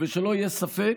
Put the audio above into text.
ושלא יהיה ספק,